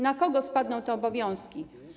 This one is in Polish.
Na kogo spadną te obowiązki?